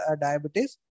diabetes